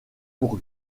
pour